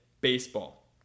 baseball